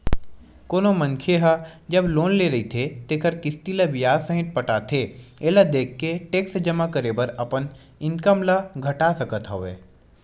कोनो मनखे ह जब लोन ले रहिथे तेखर किस्ती ल बियाज सहित पटाथे एला देखाके टेक्स जमा करे बर अपन इनकम ल घटा सकत हवय